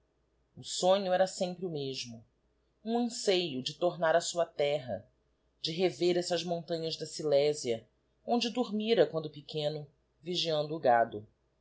o sonho era sempre o mesmo um anceio de tornar á sua terra de rever essas montanhas da silesia onde dormira quando pequeno vigiando o gado